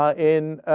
ah in